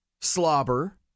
slobber